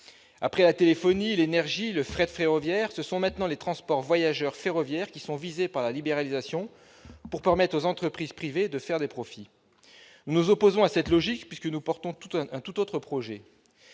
Après la téléphonie, l'énergie, le fret ferroviaire, ce sont maintenant les transports ferroviaires de voyageurs qui sont visés par la libéralisation, afin de permettre aux entreprises privées de faire des profits. Nous nous opposons à cette logique et portons un tout autre projet-